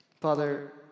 Father